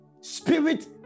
Spirit